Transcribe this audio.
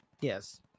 Yes